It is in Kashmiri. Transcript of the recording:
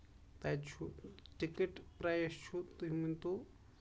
تَتہِ چھُ ٹِکٹ پریس چھُ تُہۍ ؤنۍ تو